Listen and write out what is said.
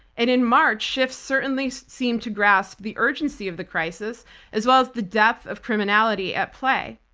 and in march, schiff certainly seem to grasp the urgency of the crisis as well as the depth of criminality at play.